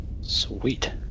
Sweet